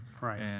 Right